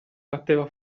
batteva